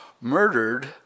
Murdered